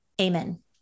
Amen